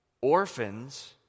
orphans